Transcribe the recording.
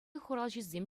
хуралҫисем